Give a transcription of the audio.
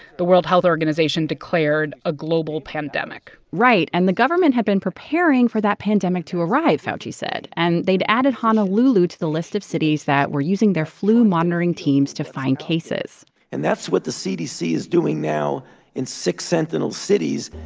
the world health organization declared a global pandemic right. and the government had been preparing for that pandemic pandemic to arrive, fauci said. and they'd added honolulu to the list of cities that were using their flu-monitoring teams to find cases and that's what the cdc is doing now in six sentinel cities,